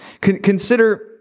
Consider